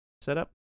setup